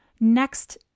Next